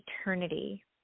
eternity